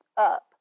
up